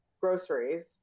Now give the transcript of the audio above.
groceries